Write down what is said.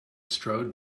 strode